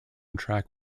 track